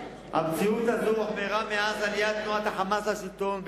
המציאות הזו אף הוחמרה מאז עליית תנועת ה"חמאס" לשלטון,